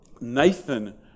Nathan